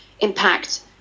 impact